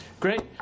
Great